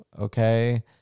Okay